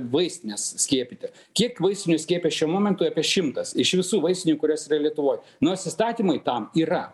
vaistines skiepyti kiek vaisinių skiepyja šiuo momentu apie šimtas iš visų vaistinių kurios yra lietuvoj nors įstatymai tam yra